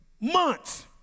months